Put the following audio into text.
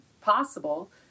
possible